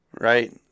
Right